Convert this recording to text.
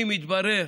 אם יתברר